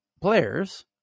players